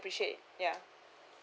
appreciate yeah